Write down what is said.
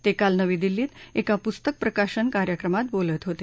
ते काल नवी दिल्लीत एका पुस्तक प्रकाशन कार्यक्रमात बोलत होते